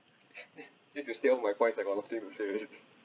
since you steal my points I got nothing to say already